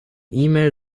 email